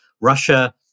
Russia